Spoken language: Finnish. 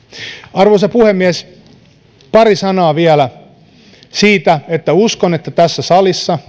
arvoisa puhemies pari sanaa vielä siitä että uskon että tässä salissa